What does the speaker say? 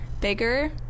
bigger